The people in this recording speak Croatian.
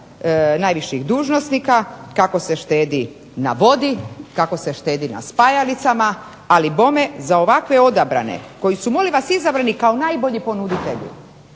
najviših dužnosnika kako se štedi na vodi, kako se štedi na spajalicama. Ali bome za ovakve odabrane koji su molim vas izabrani kao najbolji ponuditelji.